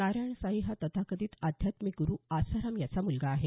नारायण साई हा तथाकथित आधात्मिक गुरु आसाराम याचा मुलगा आहे